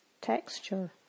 texture